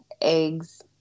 eggs